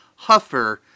Huffer